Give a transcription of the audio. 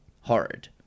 horrid